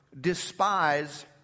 despise